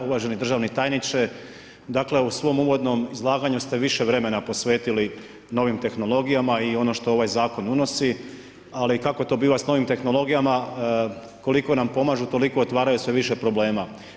Uvaženi državni tajniče, dakle, u svom uvodnom izlaganja ste više vremena posvetili novim tehnologijama i ono što ovaj zakon unosi, ali kako to biva s novim tehnologijama, koliko nam pomažu, toliko otvaraju sve vaš problema.